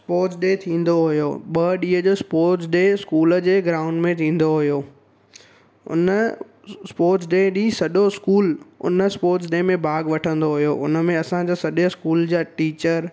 sports day थींदो हुयो ॿ ॾींहं जो स्पोट्स डे स्कूल जे ग्राउंड में थींदो हुयो उन स्पोट्स डे ॾींहुं सॼो स्कूल उन स्पोट्स डे में भाग वठंदो हुयो उन में असांजो सॼो स्कूल जा टीचर